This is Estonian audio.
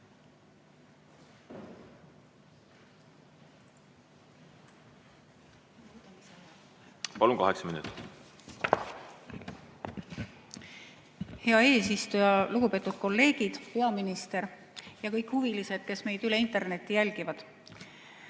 palun! Kaheksa minutit. Hea eesistuja! Lugupeetud kolleegid, peaminister ja kõik huvilised, kes meid interneti abil jälgivad!